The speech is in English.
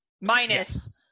Minus